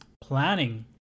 planning